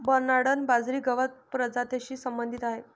Bernard बाजरी गवत प्रजातीशी संबंधित आहे